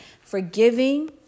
Forgiving